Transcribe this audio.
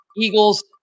Eagles